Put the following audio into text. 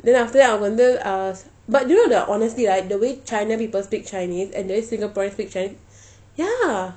then after that அவங்க வந்து:avanka vanthu uh but you know like honestly right the way china people speak chinese and the way singaporean speak chinese ya